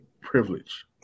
privilege